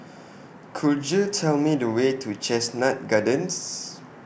Could YOU Tell Me The Way to Chestnut Gardens